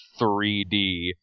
3D